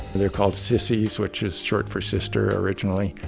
they're called sissies, which is short for sister, originally.